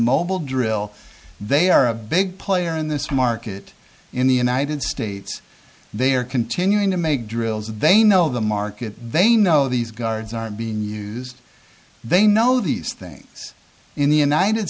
mobile drill they are a big player in this market in the united states they are continuing to make drills they know the market they know these guards are being used they know these things in the united